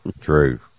True